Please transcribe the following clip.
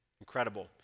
Incredible